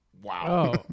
Wow